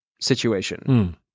situation